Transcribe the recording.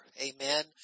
amen